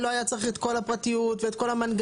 שלא היה צריך את כל הפרטיות ואת כל המנגנון.